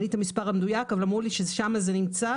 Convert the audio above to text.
אין לי המספר המדויק אבל אמרו לי ששם זה נמצא.